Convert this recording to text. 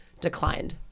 declined